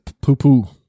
poo-poo